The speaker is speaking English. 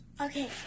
Okay